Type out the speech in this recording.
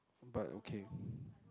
but okay